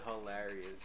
hilarious